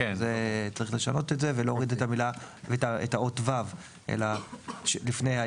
צריך לשנות את זה ולהוריד את האות "ו" לפני המילים